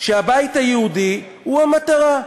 שהבית היהודי הוא המטרה אצלם.